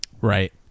Right